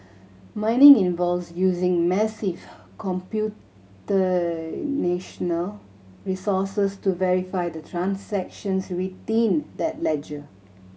mining involves using massive resources to verify the transactions within that ledger